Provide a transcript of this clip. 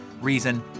reason